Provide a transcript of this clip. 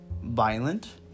Violent